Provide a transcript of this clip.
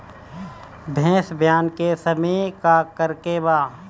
भैंस ब्यान के समय का करेके बा?